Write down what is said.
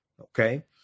Okay